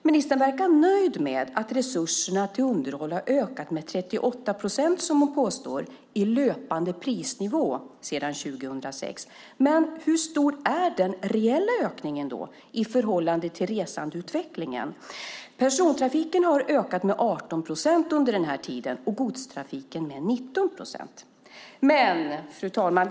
Ministern verkar nöjd med att resurserna till underhållet har ökat med 38 procent, som hon påstår, i löpande prisnivå sedan 2006. Men hur stor är den reella ökningen i förhållande till resandeutvecklingen? Persontrafiken har ökat med 18 procent under den här tiden och godstrafiken med 19 procent. Fru talman!